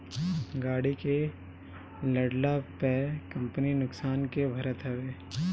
गाड़ी के लड़ला पअ कंपनी नुकसान के भरत हवे